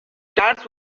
stands